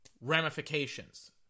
ramifications